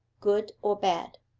good or bad.